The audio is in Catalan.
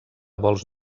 vols